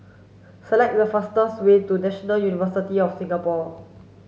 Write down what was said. select the fastest way to National University of Singapore